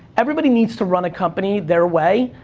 everybody needs to run a company their way,